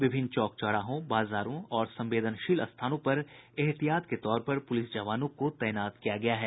विभिन्न चौक चौराहों बाजारों और संवेदनशील स्थानों पर ऐहतियात के तौर पर पुलिस जवानों को तैनात किया गया है